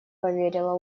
поверила